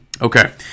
okay